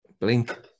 Blink